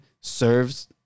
serves